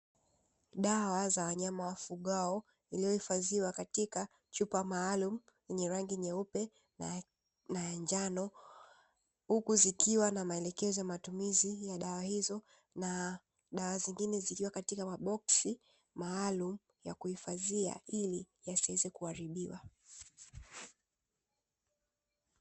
Dawa za wanyama wafugwao iliyohifadhiwa katika chupa maalumu yenye rangi nyeupe na ya njano huku zikiwa na maelekezo, matumizi ya dawa hizo na dawa zingine zikiwa katika maboksi maalumu ya kuhifadhia ili yasiweze kuharibika.